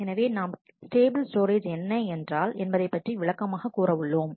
எனவே நாம் stable storage என்ன என்றால் என்பதைப் பற்றி விளக்கமாக கூற உள்ளோம்